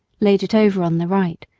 laid it over on the right,